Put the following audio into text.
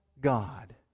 God